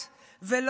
ולא בכדי